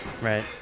Right